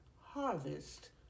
harvest